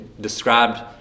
described